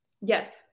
Yes